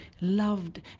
loved